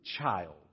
child